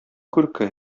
күрке